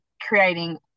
creating